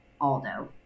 Aldo